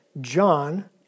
John